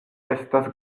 estas